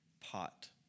pot